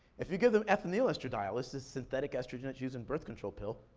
if you give them ethynyl estradiol, this is synthetic estrogen, it's used in birth control pill,